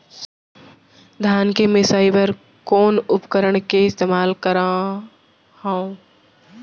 धान के मिसाई बर कोन उपकरण के इस्तेमाल करहव?